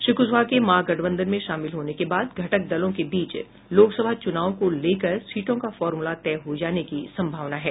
श्री कुशवाहा के महागठबंधन में शामिल होने के बाद घटक दलों के बीच लोकसभा चूनाव को लेकर सीटों का फार्मूला तय हो जाने की सम्भावना है